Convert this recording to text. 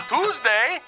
Tuesday